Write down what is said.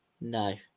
no